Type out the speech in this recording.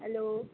hello